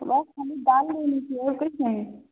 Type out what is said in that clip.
बस खाली दाल लेनी थी और कुछ नहीं